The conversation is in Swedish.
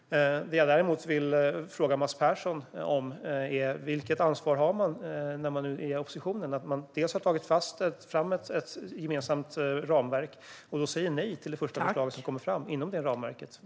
Jag vill själv fråga Mats Persson: Vilket ansvar har ni i oppositionen för ett ramverk som vi har tagit fram gemensamt? Ni säger ju nej till det första förslag som kommer fram inom detta ramverk.